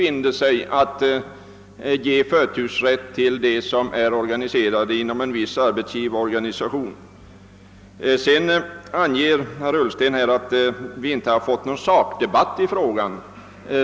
Herr Ullsten påstår att vi inte har fått någon sakdebatt i frågan.